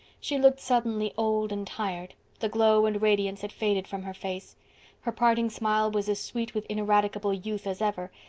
she looked suddenly old and tired the glow and radiance had faded from her face her parting smile was as sweet with ineradicable youth as ever,